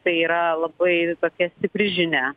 tai yra labai tokia stipri žinia